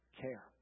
care